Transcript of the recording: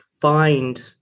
find